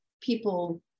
people